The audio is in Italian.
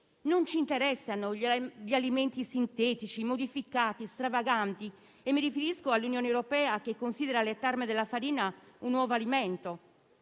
Non ci interessano gli alimenti sintetici, modificati, stravaganti; mi riferisco all'Unione europea, che considera le tarme della farina un nuovo alimento